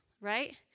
right